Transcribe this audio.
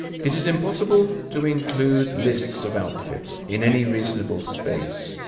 it is impossible to include lists of outfit, in any reasonable space,